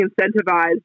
incentivized